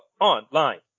online